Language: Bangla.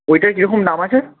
ওইটার কীরকম দাম আছে